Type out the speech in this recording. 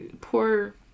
Poor